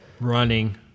running